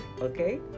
Okay